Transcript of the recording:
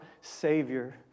Savior